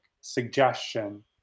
suggestion